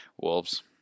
Wolves